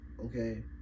Okay